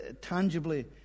tangibly